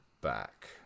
back